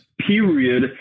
period